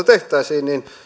tehtäisiin